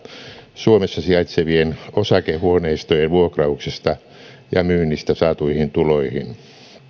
suomessa sijaitsevien osakehuoneistojen vuokrauksesta ja myynnistä saatuihin tuloihin